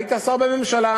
והיית שר בממשלה.